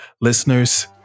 listeners